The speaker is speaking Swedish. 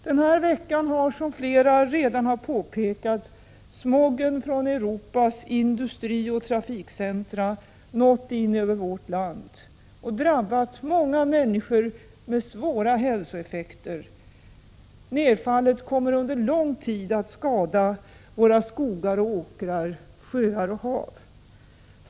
Denna vecka har, som flera redan har påpekat, smogen från Europas industrioch trafikcentra nått in över vårt land och drabbat många människor med svåra hälsoeffekter. Nedfallet kommer under lång tid att skada våra skogar och åkrar, sjöar och hav.